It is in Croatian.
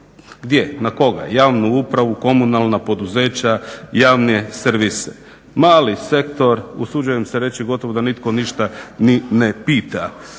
gdje, na koga, javnu upravu, komunalna poduzeća, javne servise. Mali sektor, usuđujem se reći gotovo da nitko ništa ni ne pita,